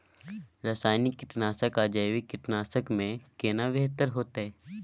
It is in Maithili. रसायनिक कीटनासक आ जैविक कीटनासक में केना बेहतर होतै?